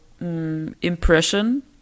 impression